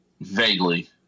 vaguely